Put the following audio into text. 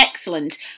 Excellent